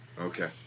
Okay